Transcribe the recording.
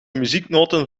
muzieknoten